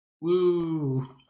Woo